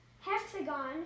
hexagon